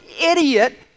idiot